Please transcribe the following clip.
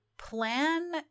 plan